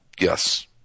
yes